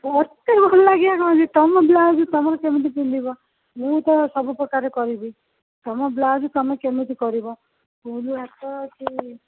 ମୋତେ ଭଲ ଲାଗିବା କ'ଣ ଅଛି ତମ ବ୍ଲାଉଜ୍ ତମର କେମିତି ପିନ୍ଧିବ ମୁଁ ତ ସବୁ ପ୍ରକାର କରିବି ତମ ବ୍ଲାଉଜ୍ ତମେ କେମିତି କରିବ ଫୁଲ୍ ହାତ କି